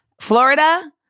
Florida